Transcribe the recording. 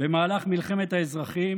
במהלך מלחמת האזרחים